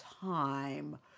time